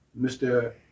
Mr